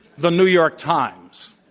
the new york times,